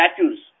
statues